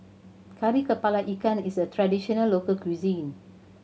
Kari Kepala Ikan is a traditional local cuisine